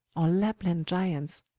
or lapland giants,